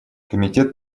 комитет